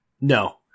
No